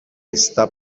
está